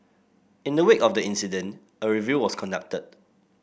in the wake of the incident a review was conducted